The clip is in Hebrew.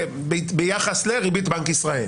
ביחס לריבית בנק ישראל.